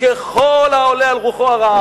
ככל העולה על רוחו הרעה.